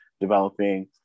developing